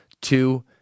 Two